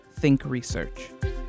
thinkresearch